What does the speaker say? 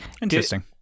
Interesting